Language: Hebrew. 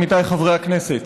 עמיתיי חברי הכנסת,